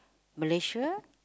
Malaysia